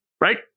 right